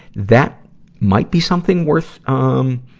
that might be something worth, um,